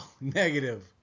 negative